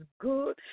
good